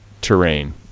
terrain